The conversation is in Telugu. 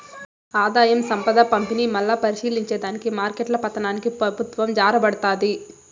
ఆదాయం, సంపద పంపిణీ, మల్లా పరిశీలించే దానికి మార్కెట్ల పతనానికి పెబుత్వం జారబడతాది